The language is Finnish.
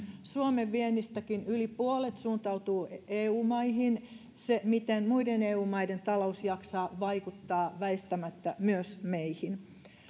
suomen viennistäkin yli puolet suuntautuu eu maihin se miten muiden eu maiden talous jaksaa vaikuttaa väistämättä myös meihin